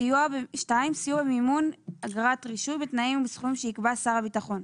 סיוע במימון אגרת רישוי בתנאים ובסכומים שיקבע שר הביטחון.